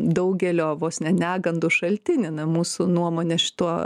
daugelio vos ne negandų šaltinį na mūsų nuomonė šituo